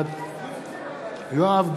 בעד יואב גלנט,